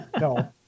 No